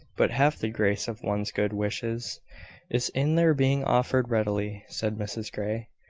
but half the grace of one's good wishes is in their being offered readily, said mrs grey,